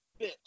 bitch